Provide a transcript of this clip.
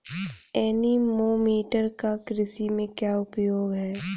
Anemometer का कृषि में क्या उपयोग है?